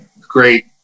great